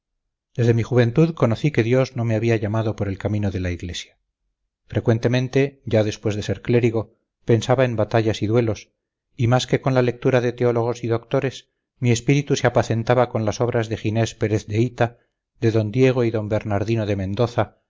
desde mi juventud conocí que dios no me había llamado por el camino de la iglesia frecuentemente ya después de ser clérigo pensaba en batallas y duelos y más que con la lectura de teólogos y doctores mi espíritu se apacentaba con las obras de ginés pérez de hita de d diego y d bernardino de mendoza